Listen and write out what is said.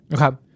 Okay